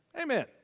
Amen